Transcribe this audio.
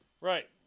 right